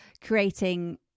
creating